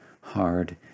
hard